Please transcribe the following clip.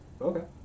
Okay